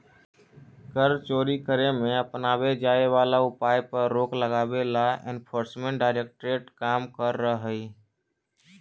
कर चोरी करे में अपनावे जाए वाला उपाय पर रोक लगावे ला एनफोर्समेंट डायरेक्टरेट काम करऽ हई